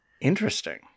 Interesting